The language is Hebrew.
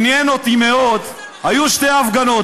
עניין אותי מאוד, היו שתי הפגנות.